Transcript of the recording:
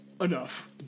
Enough